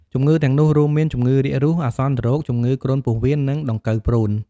ជំងឺទាំងនោះរួមមាន ជំងឺរាគរូស អាសន្នរោគ ជំងឺគ្រុនពោះវៀន និងដង្កូវព្រូន។